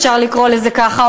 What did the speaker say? אפשר לקרוא לזה ככה,